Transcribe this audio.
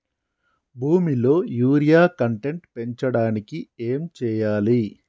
భూమిలో urea content పెంచడానికి ఏం చేయాలి?